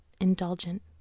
indulgent